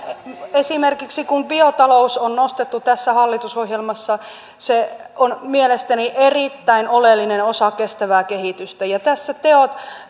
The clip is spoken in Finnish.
esimerkiksi kun biotalous on nostettu tässä hallitusohjelmassa se on mielestäni erittäin oleellinen osa kestävää kehitystä ja tässä teot